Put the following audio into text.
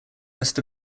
rest